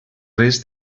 res